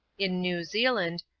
in new-zealand,